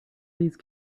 these